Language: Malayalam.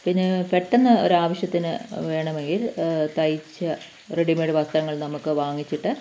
പിന്നെ പെട്ടെന്ന് ഒരാവശ്യത്തിന് വേണമെങ്കിൽ തയ്ച്ച റെഡി മേയ്ഡ് വസ്ത്രങ്ങൾ നമുക്ക് വാങ്ങിച്ചിട്ട്